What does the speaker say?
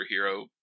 superhero